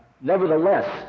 Nevertheless